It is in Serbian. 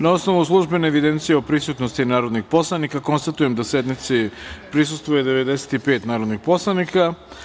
Na osnovu službene evidencije o prisutnosti narodnih poslanika, konstatujem da sednici prisustvuje 95 narodnih poslanika.